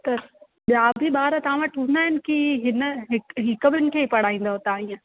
त ॿिया बि ॿार तव्हां वटि हूंदा आहिनि की हिन ई हिकु ॿिनि खे ई तव्हां पढ़ाईंदव हीअं